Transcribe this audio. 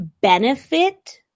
benefit